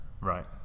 Right